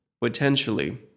potentially